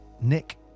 Nick